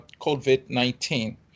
COVID-19